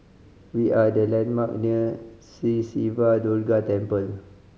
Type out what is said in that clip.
we are the landmark near Sri Siva Durga Temple